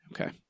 okay